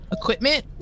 equipment